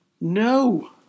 No